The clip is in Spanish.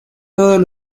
todos